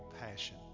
passion